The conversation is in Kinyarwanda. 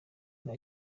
nta